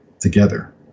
together